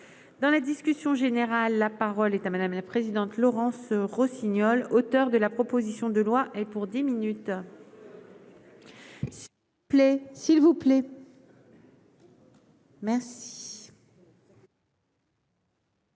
dans la discussion générale, la parole est à madame la présidente, Laurence Rossignol, auteur de la proposition de loi et pour 10 minutes. Plaît, s'il vous plaît. Merci.